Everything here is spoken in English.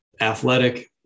athletic